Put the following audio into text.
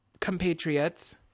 compatriots